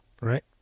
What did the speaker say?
Right